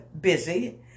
busy